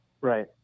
Right